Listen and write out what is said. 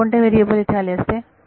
कोणकोणते व्हेरिएबल येथे आले असते